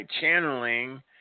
channeling